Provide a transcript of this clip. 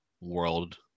world